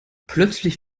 plötzlich